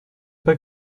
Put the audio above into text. pas